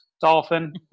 dolphin